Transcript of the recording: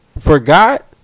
Forgot